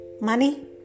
Money